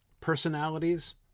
personalities